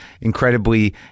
incredibly